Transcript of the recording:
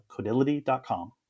codility.com